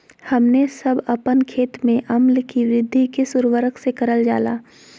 हमने सब अपन खेत में अम्ल कि वृद्धि किस उर्वरक से करलजाला?